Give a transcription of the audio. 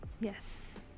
Yes